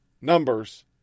numbers